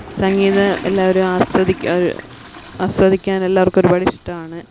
സംഗീതം എല്ലാവരും ആസ്വദിക്കും ആസ്വദിക്കാൻ എല്ലാവർക്കും ഒരുപാട് ഇഷ്ട്ടമാണ്